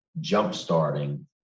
jump-starting